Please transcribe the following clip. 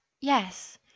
Yes